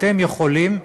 אתם יכולים,